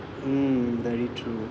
mm very true